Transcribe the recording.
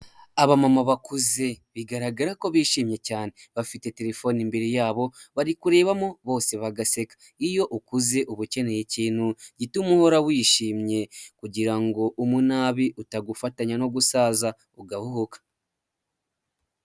Abamama bakuze bigaragara ko bishimye cyane bafite telefone imbere yabo bari kurebamo bose bagaseka, iyo ukuze uba ukeneye ikintu gituma uhora wishimye kugira ngo umunabi utagufatanya no gusaza ugahuka.